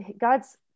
God's